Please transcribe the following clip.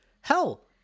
hell